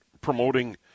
promoting